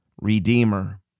Redeemer